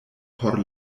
por